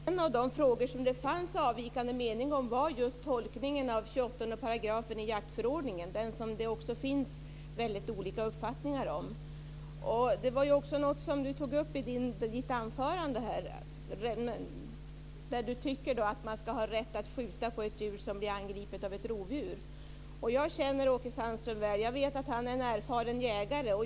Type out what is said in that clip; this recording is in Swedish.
Fru talman! En av de frågor där det fanns avvikande meningar var just tolkningen av 28 § i jaktförordningen. Där finns det väldigt olika uppfattningar. Åke Sandström sade i sitt anförande att han tycker att man ska ha rätt att skjuta om ett djur blir angripet av ett rovdjur. Jag känner Åke Sandström väl, och jag vet att han är en erfaren jägare.